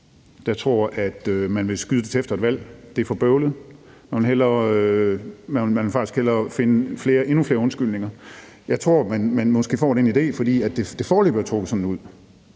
det, og at man vil udskyde det til efter et valg, fordi det er for bøvlet – at regeringen faktisk hellere vil finde endnu flere undskyldninger. Jeg tror, at man måske får den idé, fordi det foreløbig er trukket sådan ud.